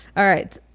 all right